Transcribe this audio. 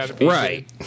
Right